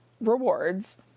rewards